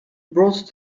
brought